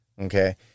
Okay